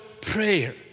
prayer